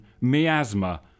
Miasma